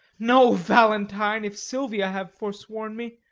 no valentine, if silvia have forsworn me.